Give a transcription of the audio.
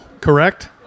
correct